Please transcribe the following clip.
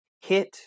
hit